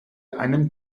einem